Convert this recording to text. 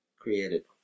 Created